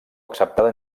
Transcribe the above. acceptada